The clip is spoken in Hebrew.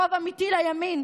רוב אמיתי לימין,